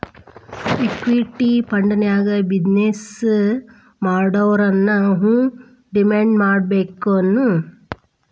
Equity ಫಂಡ್ನ್ಯಾಗ business ಮಾಡೊವ್ರನ ಹೂಡಿಮಾಡ್ಬೇಕೆನು?